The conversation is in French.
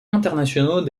internationaux